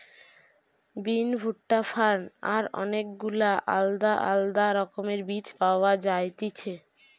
বিন, ভুট্টা, ফার্ন আর অনেক গুলা আলদা আলদা রকমের বীজ পাওয়া যায়তিছে